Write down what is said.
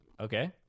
Okay